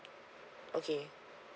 okay